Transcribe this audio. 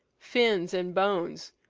fins, and bones,